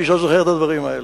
מי שעוד זוכר את הדברים האלה.